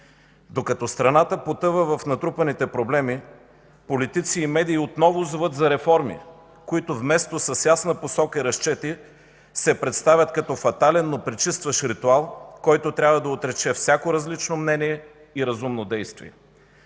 Докато страната потъва в натрупаните проблеми, политици и медии отново зоват за реформи, които, вместо с ясна посока и разчети, се представят като фатален, но пречистващ ритуал, който трябва да отрече всяко различно мнение и разумно действие.